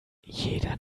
jeder